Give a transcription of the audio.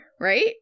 right